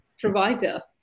provider